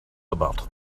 about